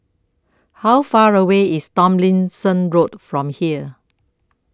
How Far away IS Tomlinson Road from here